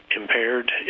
impaired